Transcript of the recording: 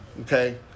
Okay